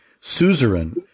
suzerain